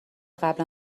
قبلا